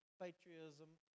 patriotism